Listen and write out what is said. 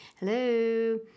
hello